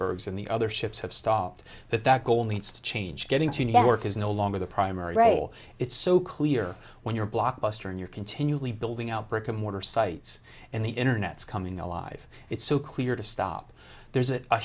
icebergs and the other ships have stopped that that goal needs to change getting to network is no longer the primary rail it's so clear when you're blockbuster and you're continually building out brick and mortar sites and the internet is coming alive it's so clear to stop there's